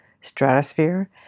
stratosphere